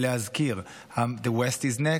ולהזכיר: The west is next.